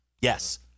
Yes